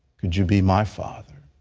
could you be my father?